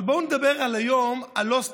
אבל בואו נדבר על יום ה"לא-סטודנט"